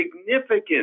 significant